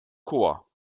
chor